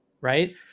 right